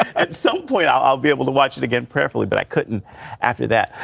at some point i'll be able to watch it again, prayerfully, but i couldn't after that.